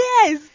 Yes